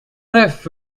neuf